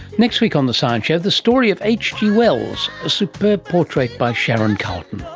next week on the science show the story of hg wells, a superb portrait by sharon carleton.